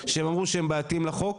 שהם אמרו שהם בעייתיים לחוק,